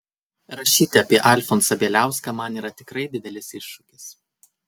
rašyti apie alfonsą bieliauską man yra tikrai didelis iššūkis